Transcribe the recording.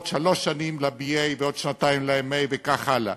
שלוש שנים ל-BA ועוד שנתיים ל-MA וכן הלאה.